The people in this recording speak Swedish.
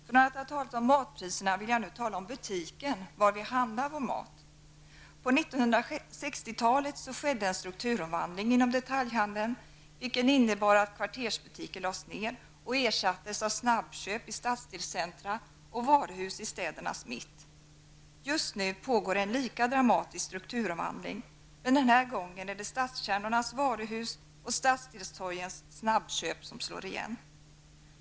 Från att ha talat om matpriserna vill jag nu tala om butiken, var vi handlar vår mat. På 1960-talet skedde en strukturomvandling inom detaljhandeln, vilken innebar att kvartersbutiker lades ner och ersattes av snabbköp i stadsdelscentra och varuhus i städernas mitt. Just nu pågår en lika dramatisk strukturomvandling, men den här gången är det stadskärnornas varuhus och stadsdelstorgens snabbköp som slår igen.